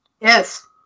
yes